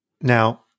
Now